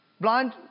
Blind